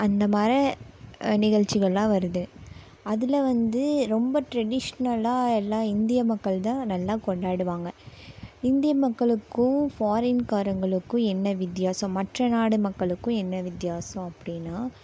அந்த மாதிரி நிகழ்ச்சிகள்லாம் வருது அதில் வந்து ரொம்ப ட்ரெடிசஷனலாக எல்லா இந்திய மக்கள் தான் நல்லா கொண்டாடுவாங்க இந்திய மக்களுக்கும் ஃபாரின் காரங்களுக்கும் என்ன வித்தியாசம் மற்ற நாடு மக்களுக்கும் என்ன வித்தியாசம் அப்படினா